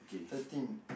thirteen